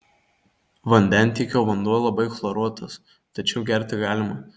vandentiekio vanduo labai chloruotas tačiau gerti galima